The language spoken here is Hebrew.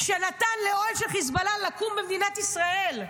שנתן לאוהל של חיזבאללה לקום במדינת ישראל,